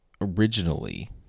originally